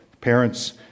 parents